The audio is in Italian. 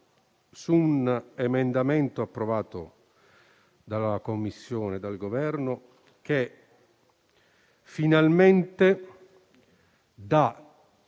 su un emendamento approvato dalla Commissione e dal Governo che finalmente dà